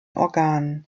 organen